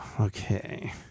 okay